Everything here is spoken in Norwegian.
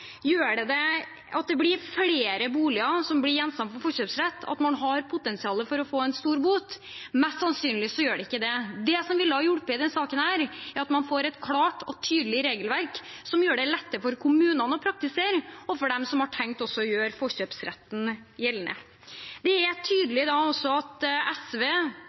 Gjør det at det blir flere boliger som blir gjenstand for forkjøpsrett, at man har potensial for å få en stor bot? Mest sannsynlig gjør det ikke det. Det som ville hjulpet i denne saken, er at man får et klart og tydelig regelverk som er lettere for kommunene å praktisere og lettere for dem som har tenkt å gjøre forkjøpsretten gjeldende. Det er også tydelig at SV,